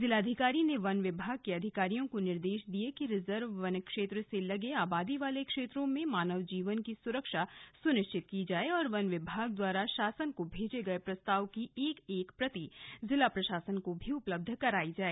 जिलाधिकारी ने वन विभाग के अधिकारियों को निर्देश दिये कि रिजर्व वन क्षेत्र से लगे आबादी वाले क्षेत्रों में मानव जीवन की सुरक्षा सुनिश्चित की जाए और वन विभाग द्वारा शासन को भेजे गये प्रस्ताव की एक एक प्रति जिला प्रशासन को भी उपलब्ध कराई जाए